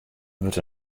wurdt